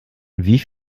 wie